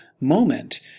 moment